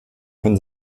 von